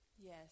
Yes